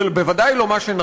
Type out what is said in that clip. זה בוודאי לא מה שנכון,